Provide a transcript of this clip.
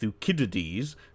Thucydides